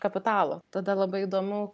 kapitalo tada labai įdomu